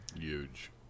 huge